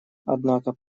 однако